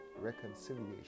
reconciliation